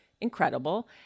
incredible